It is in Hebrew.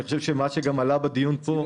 וזה גם עלה בדיון פה,